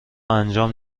انجام